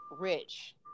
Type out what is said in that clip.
rich